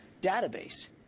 database